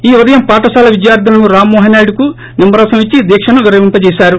ఈ ఉదయం పాఠశాల విద్యార్ధినులు రామ్ మోహన్ నాయుడుకు నిమ్మరసం ఇచ్చి దీక్షను విరమింపజేశారు